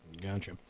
Gotcha